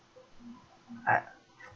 ah